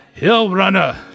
Hillrunner